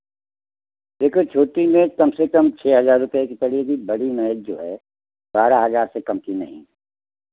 देखो छोटी मेज़ कम से कम छः हज़ार रुपये की पड़ेगी बड़ी मेज़ जो है बारह हज़ार से कम की नहीं